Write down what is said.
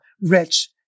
rich